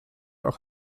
auch